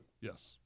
Yes